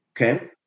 okay